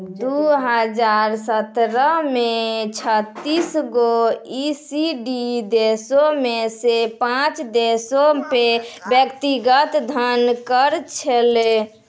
दु हजार सत्रह मे छत्तीस गो ई.सी.डी देशो मे से पांच देशो पे व्यक्तिगत धन कर छलै